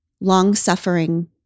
long-suffering